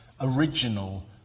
original